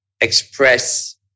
express